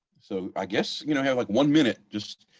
so i guess you know have like one minute, just,